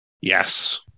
Yes